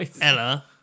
Ella